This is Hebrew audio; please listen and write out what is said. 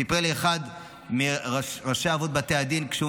סיפר לי אחד מראשי אבות בתי הדין שכשהוא